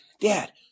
Dad